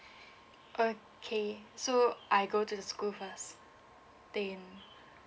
okay so I go to the school first then